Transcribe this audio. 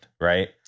right